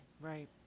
Right